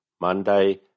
Monday